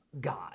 God